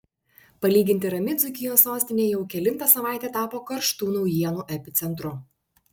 palyginti rami dzūkijos sostinė jau kelintą savaitę tapo karštų naujienų epicentru